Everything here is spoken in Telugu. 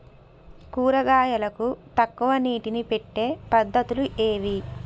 కూరగాయలకు తక్కువ నీటిని పెట్టే పద్దతులు ఏవి?